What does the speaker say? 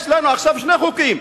יש לנו עכשיו שני חוקים,